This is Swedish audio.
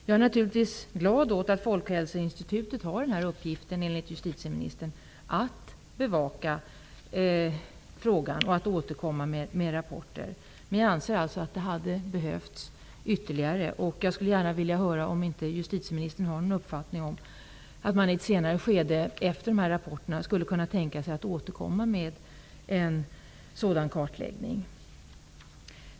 Jag är naturligtvis glad över att Folkhälsoinstitutet, enligt justitieministern, har i uppgift att bevaka frågan och att återkomma med rapporter. Men jag anser alltså att det hade behövts ytterligare åtgärder. Jag skulle gärna vilja höra om justitieministern har någon uppfattning om huruvida man i ett senare skede, efter de här rapporterna, skulle kunna tänka sig att återkomma med en kartläggning.